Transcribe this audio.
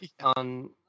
on